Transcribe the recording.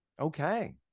Okay